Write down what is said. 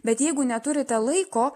bet jeigu neturite laiko